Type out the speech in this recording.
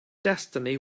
destiny